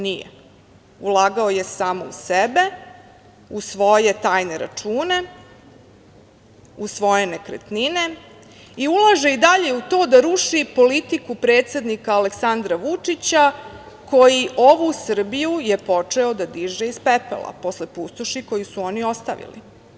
Nije, ulagao je samo u sebe, u svoje tajne račune, u svoje nekretnine i ulaže i dalje u to da ruši politiku predsednika Aleksandra Vučića koji ovu Srbiju je počeo da diže iz pepela posle pustoši koju su oni ostavili.